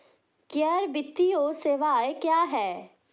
गैर वित्तीय सेवाएं क्या हैं?